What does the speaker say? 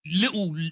Little